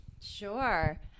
Sure